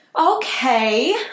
Okay